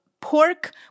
pork